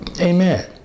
Amen